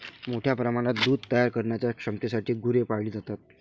मोठ्या प्रमाणात दूध तयार करण्याच्या क्षमतेसाठी गुरे पाळली जातात